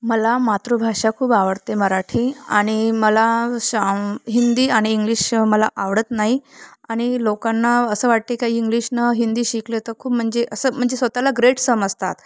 मला मातृभाषा खूप आवडते मराठी आणि मला शाम हिंदी आणि इंग्लिश मला आवडत नाही आणि लोकांना असं वाटत आहे काय इंग्लिश न हिंदी शिकले तर खूप म्हणजे असं म्हणजे स्वतःला ग्रेट समजतात